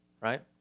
right